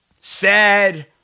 sad